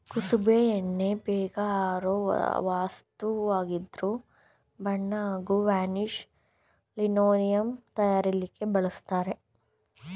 ಕುಸುಬೆ ಎಣ್ಣೆ ಬೇಗ ಆರೋ ವಸ್ತುವಾದ್ರಿಂದ ಬಣ್ಣ ಹಾಗೂ ವಾರ್ನಿಷ್ ಲಿನೋಲಿಯಂ ತಯಾರಿಕೆಲಿ ಬಳಸ್ತರೆ